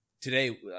today